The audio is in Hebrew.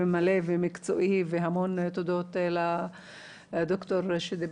מלא ומקצועי והמון תודות לדוקטור פיינשטיין.